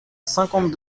cinquante